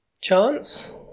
chance